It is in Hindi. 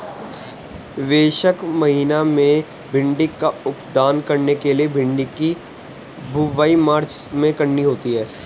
वैशाख महीना में भिण्डी का उत्पादन करने के लिए भिंडी की बुवाई मार्च में करनी होती है